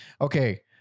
okay